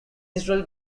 israel